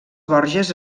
borges